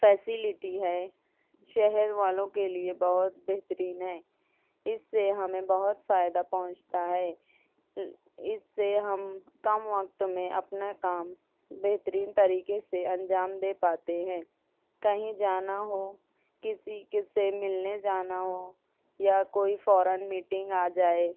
facility ہے شہر والوں کے لیے بہت بہترین ہے اس سے ہمیں بہت فائدہ پہنچتا ہے اس سے ہم کم وقت میں اپنے کام بہترین طریقے سے انجام دے پاتے ہیں کہیں جانا ہو کسی کے سے ملنے جانا ہو یا کوئی فوراً میٹنگ آ جائے